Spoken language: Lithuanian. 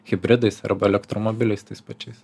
hibridais arba elektromobiliais tais pačiais